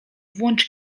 włącz